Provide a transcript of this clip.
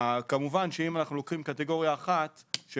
כמובן שאם אנחנו לוקחים קטגוריה 1 שמותרת